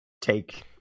take